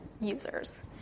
users